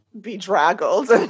bedraggled